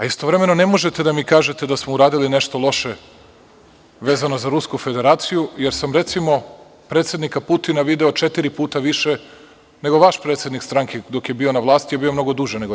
Istovremeno, ne možete da mi kažete da smo uradili nešto loše, vezano za Rusku federaciju, jer sam recimo predsednika Putina video četiri puta više nego vaš predsednik stranke, dok je bio na vlasti, a bio je mnogo duže nego ja.